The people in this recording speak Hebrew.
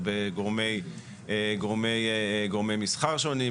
גורמי מסחר שונים,